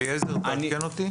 אליעזר, תעדכן אותי.